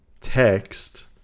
text